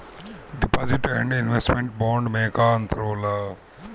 Deposit and investment bond मे का अंतर होला?